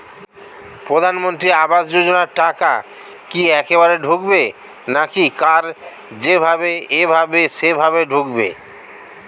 প্রধানমন্ত্রী আবাস যোজনার টাকা কি একবারে ঢুকবে নাকি কার যেভাবে এভাবে সেভাবে ঢুকবে?